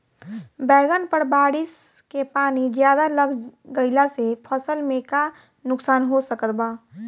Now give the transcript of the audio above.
बैंगन पर बारिश के पानी ज्यादा लग गईला से फसल में का नुकसान हो सकत बा?